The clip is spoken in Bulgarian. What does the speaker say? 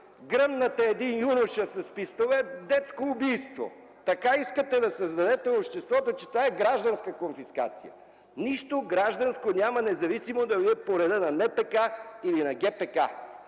Гръмнат е един юноша с пистолет – детско убийство. Така искате да създадете впечатление в обществото, че това е гражданска конфискация. Нищо гражданско няма, независимо дали е по реда на НПК или на ГПК.